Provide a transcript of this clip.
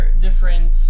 different